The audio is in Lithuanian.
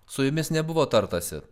su jumis nebuvo tartasi